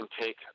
take